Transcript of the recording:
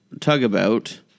tug-about